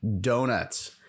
donuts